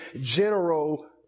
general